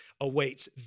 awaits